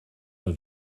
nur